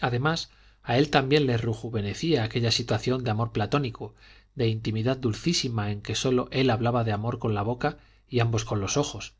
además a él también le rejuvenecía aquella situación de amor platónico de intimidad dulcísima en que sólo él hablaba de amor con la boca y ambos con los ojos